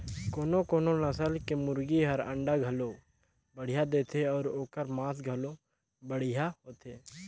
कोनो कोनो नसल के मुरगी हर अंडा घलो बड़िहा देथे अउ ओखर मांस घलो बढ़िया होथे